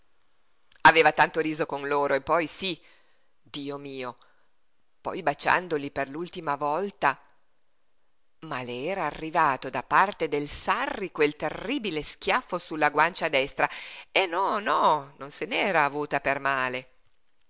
aveva tanto riso con loro e poi sí dio mio poi baciandoli per l'ultima volta ma le era arrivato da parte del sarri quel terribile schiaffo sulla guancia destra e no no non se n'era avuta per male